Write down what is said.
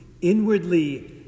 inwardly